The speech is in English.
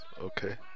okay